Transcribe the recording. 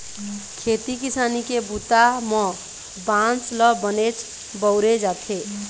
खेती किसानी के बूता म बांस ल बनेच बउरे जाथे